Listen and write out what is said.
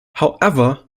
however